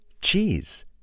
cheese